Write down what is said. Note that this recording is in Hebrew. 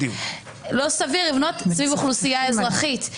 שלא סביר לבנות סביב אוכלוסייה אזרחית.